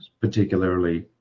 particularly